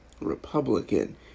Republican